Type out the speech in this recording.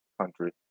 country